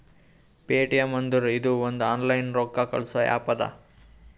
Paytm ಅಂದುರ್ ಇದು ಒಂದು ಆನ್ಲೈನ್ ರೊಕ್ಕಾ ಕಳ್ಸದು ಆ್ಯಪ್ ಅದಾ